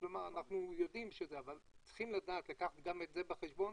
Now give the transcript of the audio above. כלומר אנחנו יודעים ש- -- אבל צריכים לקחת גם את זה בחשבון,